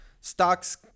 stocks